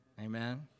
Amen